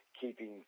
keeping